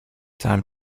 time